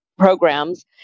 programs